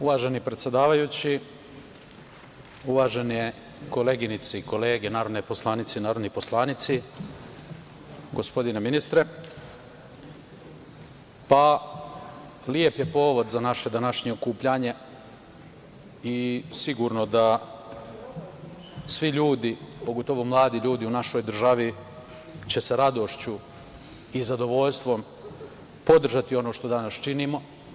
Uvaženi predsedavajući, uvažene koleginice i kolege, narodne poslanice i narodni poslanici, gospodine ministre, lep je povod za naše današnje okupljanje i sigurno da svi ljudi, pogotovo mladi ljudi u našoj državi će sa radošću i zadovoljstvom podržati ono što danas činimo.